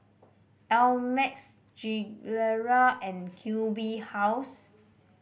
Ameltz Gilera and Q B House